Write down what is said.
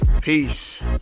peace